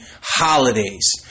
holidays